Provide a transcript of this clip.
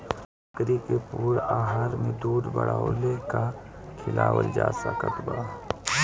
बकरी के पूर्ण आहार में दूध बढ़ावेला का खिआवल जा सकत बा?